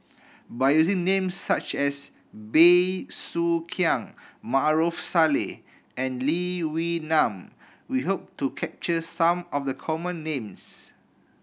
by using names such as Bey Soo Khiang Maarof Salleh and Lee Wee Nam we hope to capture some of the common names